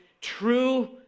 true